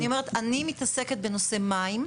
אני אומרת אני מתעסקת בנושא מים.